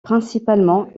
principalement